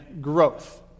growth